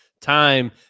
time